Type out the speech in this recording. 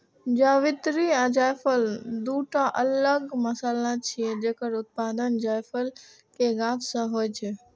जावित्री आ जायफल, दूटा अलग मसाला छियै, जकर उत्पादन जायफल के गाछ सं होइ छै